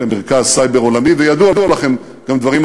התקבלנו אתמול